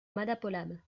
madapolam